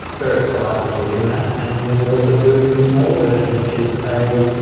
vary sizes within that, and then we also do the smaller version which is a